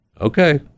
Okay